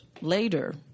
later